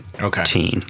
Okay